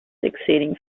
exceeding